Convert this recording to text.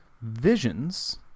Visions